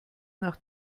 nach